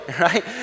right